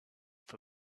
for